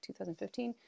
2015